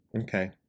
okay